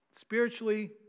spiritually